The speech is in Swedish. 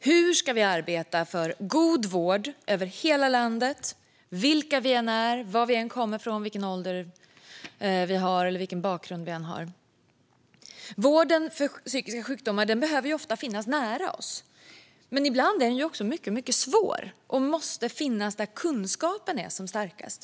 Hur ska vi arbeta för god vård över hela landet och för alla, vilka vi än är, var vi än kommer från, vilken ålder vi än har och vilken bakgrund vi än har? Vården för psykiska sjukdomar behöver ofta finnas nära oss. Men ibland är den också mycket svår och måste finnas där kunskapen är som starkast.